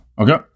Okay